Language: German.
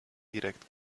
direkt